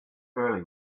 early